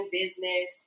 business